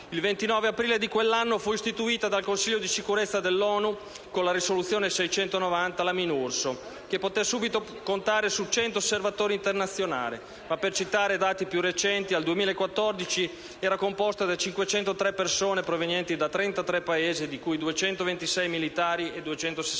il 29 aprile del 1991 fu istituita dal Consiglio di sicurezza dell'ONU, con la risoluzione n. 690, la Minurso, che da subito poté contare su 100 osservatori internazionali. Per citare dati più recenti, nel 2014 era composta da 503 persone provenienti da 33 Paesi, di cui 226 militari e 262